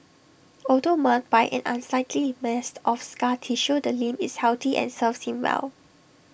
although marred by an unsightly mass of scar tissue the limb is healthy and serves him well